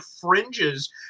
fringes